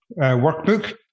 workbook